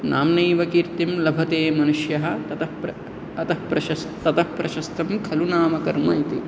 नाम्नेव कीर्तिं लभते मनुष्यः ततः प्र अतः प्रश ततः प्रशस्तं खलु नामकर्म इति